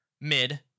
mid